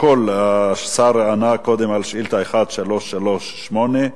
השר ענה קודם על שאילתא מס' 1338,